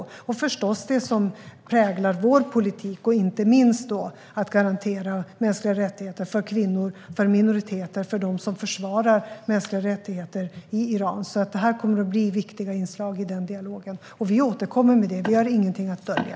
Den ska förstås handla om det som präglar vår politik, inte minst att garantera mänskliga rättigheter för kvinnor, för minoriteter och för dem som försvarar mänskliga rättigheter i Iran. Det här kommer att bli viktiga inslag i den dialogen. Vi återkommer. Vi har ingenting att dölja.